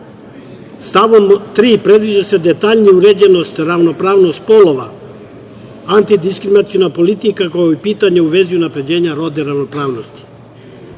3. predviđa se detaljnija uređenost ravnopravnosti polova, antidiskriminaciona politika, kao i pitanja u vezi unapređenja rodne ravnopravnosti.